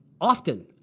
often